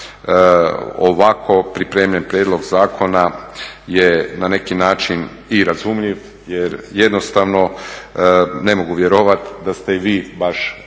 ovako pripremljen prijedlog zakona je na neki način i razumljiv jer jednostavno ne mogu vjerovati da ste vi baš suglasni